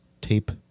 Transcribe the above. tape